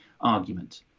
argument